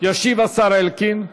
ישיב השר אלקין.